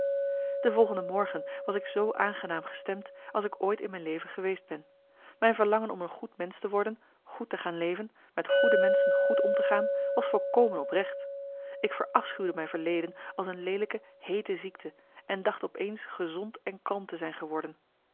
de volgende morgen was ik zoo aangenaam gestemd als ik ooit in mijn leven geweest ben mijn verlangen om een goed mensch te worden goed te gaan leven met goede menschen goed om te gaan was volkomen oprecht ik verafschuwde mijn verleden als een leelijke heete ziekte en dacht op eens gezond en kalm te zijn geworden